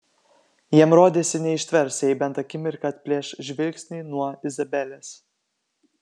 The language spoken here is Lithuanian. jam rodėsi neištvers jei bent akimirką atplėš žvilgsnį nuo izabelės